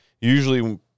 Usually